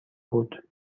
بود